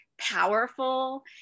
powerful